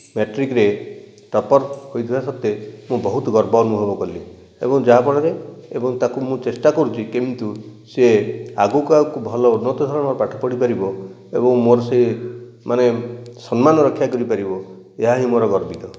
ମାଟ୍ରିକରେ topper ହୋଇଥିବା ସତ୍ତ୍ୱେ ମୁଁ ବହୁତ ଗର୍ବ ଅନୁଭବ କଲି ଏବଂ ଯାହାଫଳରେ ଏବଂ ତାକୁ ମୁଁ ଚେଷ୍ଟା କରୁଛି କେମିତି ସିଏ ଆଗକୁ ଆଗକୁ ଭଲ ଉନ୍ନତଧରଣର ପାଠ ପଢ଼ିପାରିବ ଏବଂ ମୋର ସେ ମାନେ ସମ୍ମାନ ରକ୍ଷା କରିପାରିବ ଏହା ହିଁ ମୋର ଗର୍ବିତ